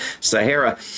Sahara